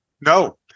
no